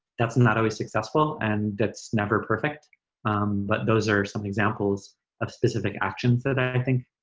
that's not always successful and that's never perfect but those are some examples of specific actions that i think